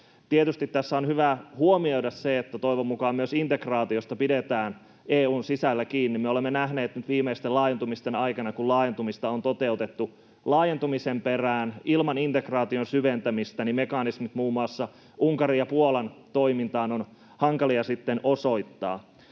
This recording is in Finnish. Tietysti tässä on hyvä huomioida se, että toivon mukaan myös integraatiosta pidetään EU:n sisällä kiinni. Me olemme nähneet nyt viimeisten laajentumisten aikana, kun laajentumista on toteutettu laajentumisen perään ilman integraation syventämistä, että mekanismeja muun muassa Unkarin ja Puolan toiminnassa on hankala sitten osoittaa.